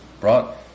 brought